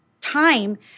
time